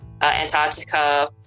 Antarctica